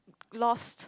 lost